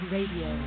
Radio